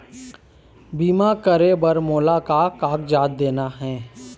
बीमा करे बर मोला का कागजात देना हे?